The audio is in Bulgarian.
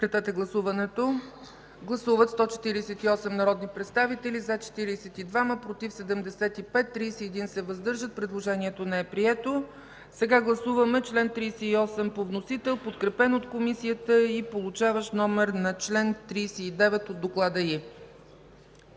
Комисията не подкрепя. Гласували 148 народни представители: за 42, против 75, въздържали се 31. Предложението не е прието. Сега гласуваме чл. 38 по вносител, подкрепен от Комисията и получаващ номер чл. 39 от доклада й.